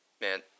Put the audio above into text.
Man